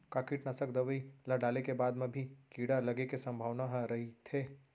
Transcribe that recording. का कीटनाशक दवई ल डाले के बाद म भी कीड़ा लगे के संभावना ह रइथे?